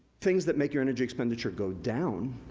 things that make your energy expenditure go down,